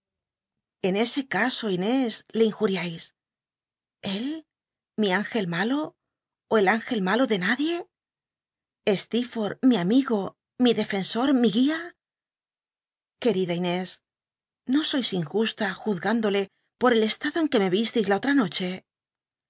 en ese caso inés le injmiais l l mi üngel malo ó el lingel malo de nadie steerforth mi amigo mi defenso r mi guia querida inés no sois injusta juzgándole por el estado en que me isleis la otra noche